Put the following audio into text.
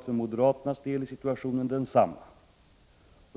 För moderaternas del är situationen densamma, sade Per Richard Molén.